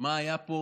מה היה פה